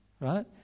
right